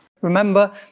Remember